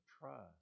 trust